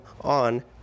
on